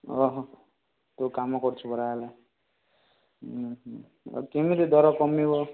ଅହଃ ତୁ କାମ କରୁଛୁ ପରା ହେଲେ ଉଁ ହୁଁ ଆଉ କେମିତି ଦର କମିବ